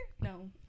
No